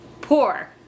poor